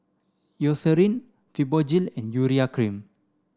Eucerin Fibogel and Urea cream